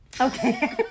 Okay